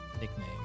nickname